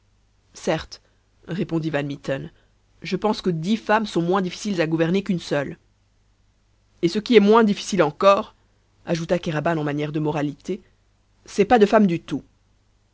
certes répondit van mitten je pense que dix femmes sont moins difficiles à gouverner qu'une seule et ce qui est moins difficile encore ajouta kéraban en manière de moralité c'est pas de femme du tout